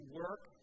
work